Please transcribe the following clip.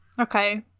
okay